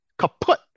kaput